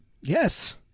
Yes